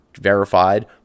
verified